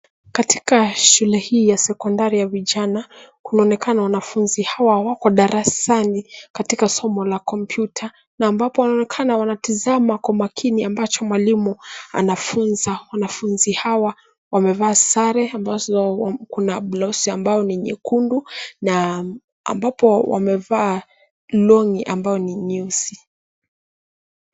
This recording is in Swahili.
Katika shule hii ya sekondari ya vijana kunaonekana wanafunzi hawa wako darasani katika somo la kompyuta na ambap wanaonekana wanatazama kwa makini ambacho mwalimua anafunza. Wanafunzi hawa wamevaa sare amabazo kuna bakusi ya rangi nyekundu ambapo wamevaa long'i ambayo ni nyeusi.